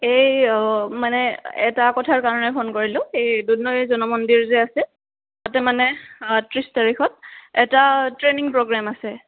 এই মানে এটা কথাৰ কাৰণে ফোন কৰিলোঁ এই দুধনৈ জন মন্দিৰ যে আছে তাতে মানে ত্ৰিছ তাৰিখত এটা ট্ৰেইনিং প্ৰগ্ৰেম আছে